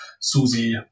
Susie